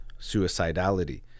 suicidality